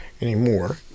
anymore